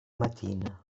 matina